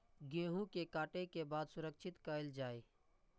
गेहूँ के काटे के बाद सुरक्षित कायल जाय?